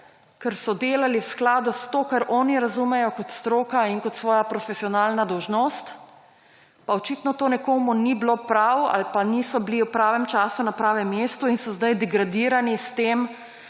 ker so delali v skladu s tem, kar oni razumejo kot stroko in kot svojo profesionalno dolžnost. Pa očitno to nekomu ni bilo prav ali pa niso bili v pravem času na pravem mestu in so zdaj degradirani s tem,